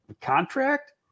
contract